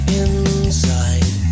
inside